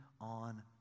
on